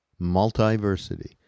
Multiversity